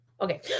Okay